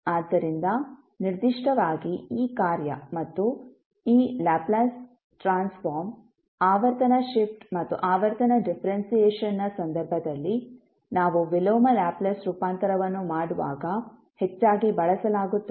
ಆದ್ದರಿಂದ ನಿರ್ದಿಷ್ಟವಾಗಿ ಈ ಕಾರ್ಯ ಮತ್ತು ಈ ಲ್ಯಾಪ್ಲೇಸ್ ಟ್ರಾನ್ಸ್ಫಾರ್ಮ್ ಆವರ್ತನ ಶಿಫ್ಟ್ ಮತ್ತು ಆವರ್ತನ ಡಿಫರೆನ್ಸಿಯೇಶನ್ನ ಸಂದರ್ಭದಲ್ಲಿ ನಾವು ವಿಲೋಮ ಲ್ಯಾಪ್ಲೇಸ್ ರೂಪಾಂತರವನ್ನು ಮಾಡುವಾಗ ಹೆಚ್ಚಾಗಿ ಬಳಸಲಾಗುತ್ತದೆ